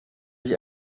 mich